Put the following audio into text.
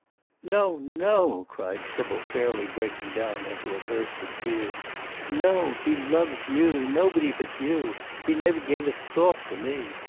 no! no! cried sybil, fairly breaking down into a burst of tears no! he loves you! nobody but you! he never gave a thought to me.